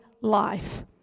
life